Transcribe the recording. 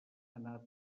anat